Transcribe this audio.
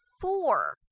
four